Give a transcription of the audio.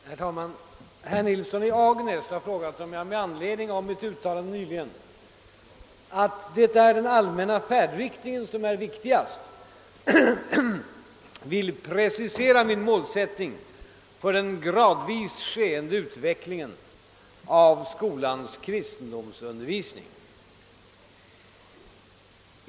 Herr talman! Herr Nilsson i Agnäs har frågat, om jag med anledning av mitt uttalande nyligen att »det är den allmänna färdriktningen, som är viktigast», vill precisera min målsättning för »den gradvis skeende utvecklingen» av skolans kristendomsundervisning.